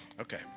Okay